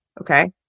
okay